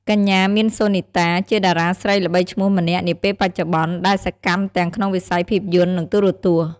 កញ្ញា មាន សូនីតា ជាតារាស្រីល្បីឈ្មោះម្នាក់នាពេលបច្ចុប្បន្ន ដែលសកម្មទាំងក្នុងវិស័យភាពយន្ត និងទូរទស្សន៍។